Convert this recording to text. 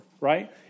right